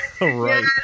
right